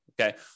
Okay